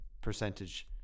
percentage